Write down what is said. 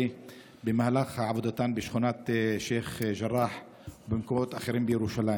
במהלך עבודתן בשכונת שייח ג'ראח ובמקומות אחרים בירושלים,